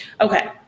Okay